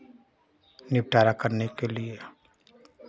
निपटारा करने के लिए